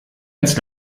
ins